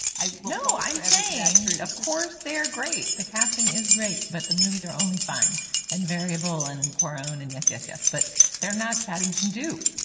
i know i'm angry of course, they're great. the casting is great, but the movies are only fine and variable. and cuaron and. yes, yes, yes. but they're not padding to do,